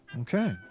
Okay